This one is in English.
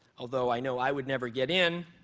although i know i would never get in.